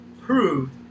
proved